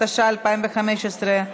התשע"ה 2015,